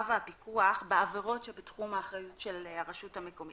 והפיקוח בעבירות שבתחום האחריות של הרשות המקומית.